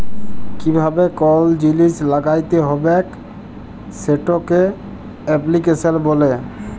কিভাবে কল জিলিস ল্যাগ্যাইতে হবেক সেটকে এপ্লিক্যাশল ব্যলে